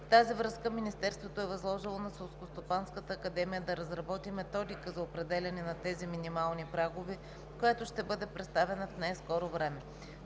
В тази връзка Министерството е възложило на Селскостопанската академия да разработи методика за определяне на тези минимални прагове, която ще бъде представена в най-скоро време.